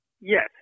Yes